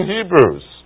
Hebrews